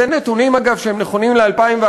אגב, אלה נתונים שנכונים ל-2011.